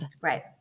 Right